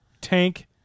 tank